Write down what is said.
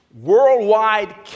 worldwide